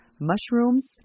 mushrooms